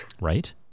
Right